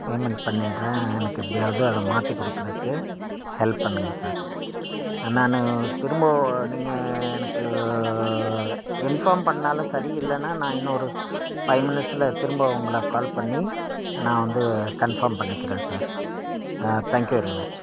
payment பண்ணிடுறேன் எனக்கு எப்படியாவது அதை மாற்றிக் கொடுக்குறதுக்கு ஹெல்ப் பண்ணுங்கள் சார் நான் திரும்ப நீங்கள் எனக்கு இன்ஃபார்ம் பண்ணிணாலும் சரி இல்லைன்னா நான் இன்னொரு ஃபைவ் மினிட்ஸ்சில் திரும்ப உங்களை கால் பண்ணி நான் வந்து கன்ஃபார்ம் பண்ணிக்கிறேன் sir thank you very much